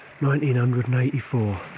1984